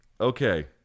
okay